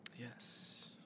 Yes